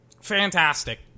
Fantastic